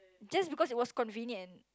just because it was convenient